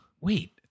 Wait